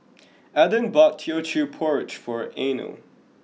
Eden bought Teochew porridge for Eino